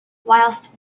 whilst